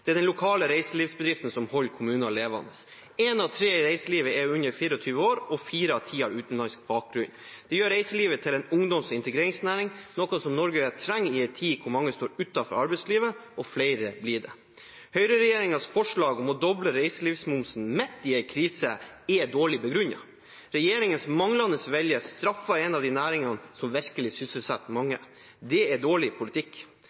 Det er de lokale reiselivsbedriftene som holder kommuner levende. Én av tre i reiselivet er under 24 år, og fire av ti har utenlandsk bakgrunn. Det gjør reiselivet til en ungdoms- og integreringsnæring, noe Norge trenger i en tid hvor mange står utenfor arbeidslivet – og flere blir det. Høyre-regjeringens forslag om å doble reiselivsmomsen midt i en krise er dårlig begrunnet. Regjeringens manglende vilje straffer en av de næringene som virkelig sysselsetter mange. Det er dårlig politikk.